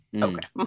Okay